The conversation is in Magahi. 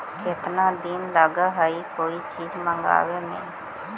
केतना दिन लगहइ कोई चीज मँगवावे में?